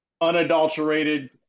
unadulterated